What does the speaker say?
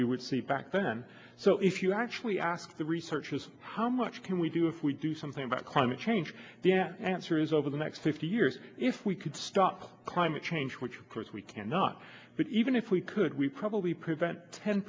we would see back then so if you actually ask the researchers how much can we do if we do something about climate change the answer is over the next fifty years if we could stop climate change which of course we cannot but even if we could we probably prevent ten